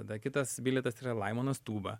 tada kitas bilietas yra laimonas tūba